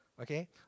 Okay